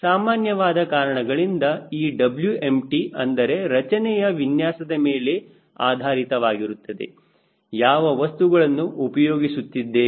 ಸಾಮಾನ್ಯವಾದ ಕಾರಣಗಳಿಂದ ಈ Wempty ಅಂದರೆ ರಚನೆಯ ವಿನ್ಯಾಸದ ಮೇಲೆ ಆಧಾರಿತವಾಗಿರುತ್ತದೆ ಯಾವ ವಸ್ತುಗಳನ್ನು ಉಪಯೋಗಿಸುತ್ತಿದ್ದೇವೆ